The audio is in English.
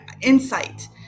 insight